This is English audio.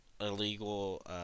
illegal